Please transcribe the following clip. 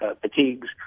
fatigues